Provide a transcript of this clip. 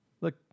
Look